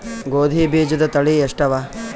ಗೋಧಿ ಬೀಜುದ ತಳಿ ಎಷ್ಟವ?